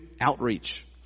outreach